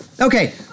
okay